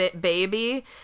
baby